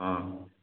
ହଁ